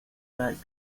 that